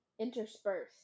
Intersperse